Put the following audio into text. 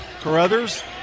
Carruthers